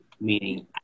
meaning